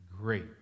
great